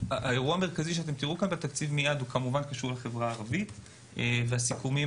האירוע המרכזי שתראו מיד קשור לחברה הערבית והסיכומים